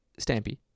Stampy